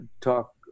talk